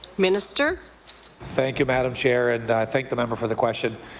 minister thank you, madam chair, and i thank the member for the question.